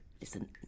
Listen